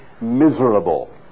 miserable